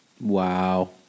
Wow